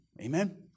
Amen